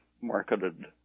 marketed